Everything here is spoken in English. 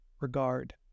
regard